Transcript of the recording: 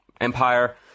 empire